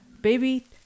Baby